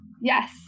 Yes